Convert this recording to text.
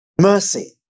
mercy